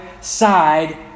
side